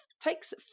takes